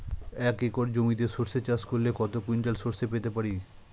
এক একর জমিতে সর্ষে চাষ করলে কত কুইন্টাল সরষে পেতে পারি?